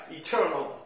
eternal